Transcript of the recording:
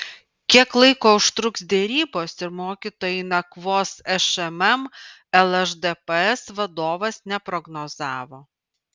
kiek laiko užtruks derybos ir mokytojai nakvos šmm lšdps vadovas neprognozavo